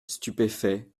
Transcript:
stupéfait